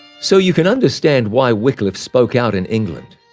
so you can understand why wycliffe spoke out in england,